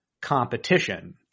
competition